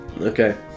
Okay